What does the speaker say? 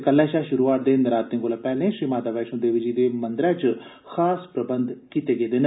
कल्लै शा शुरु होआ'रदे नरातें कोला पैहले श्री माता वैष्णो देवी जी हंदे मंदरै च खास प्रबंध कीते गेदे न